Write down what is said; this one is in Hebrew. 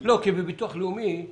כי בביטוח לאומי,